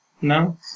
No